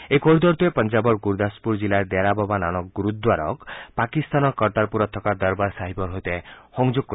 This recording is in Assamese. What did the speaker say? এই কৰিড ৰটোৱে পঞ্জাৱৰ গুৰদাসপুৰ জিলাৰ ডেৰা বাবা নানক গুৰুদ্বাৰক পাকিস্তানৰ কৰ্টাৰপুৰত থকা দৰবাৰ ছাহিবৰ সৈতে সংযোগ কৰিব